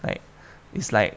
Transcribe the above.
like it's like